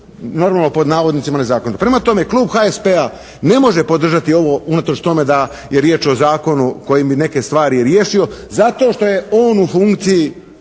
Normalno pod navodnicima nezakonito. Prema tome Klub HSP-a ne možete podržati ovo unatoč tome da je riječ o Zakonu koji bi neke stvari riješio zato što je on u funkciji